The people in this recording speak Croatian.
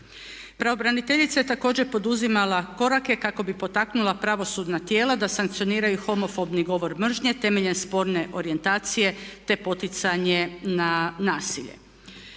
Pravobraniteljica je također poduzimala korake kako bi potaknula pravosudna tijela da sankcioniraju homofobni govor mržnje temeljem spolne orijentacije te poticanje na nasilje.